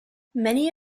many